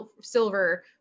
silver